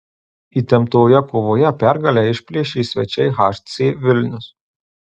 įtemptoje kovoje pergalę išplėšė svečiai hc vilnius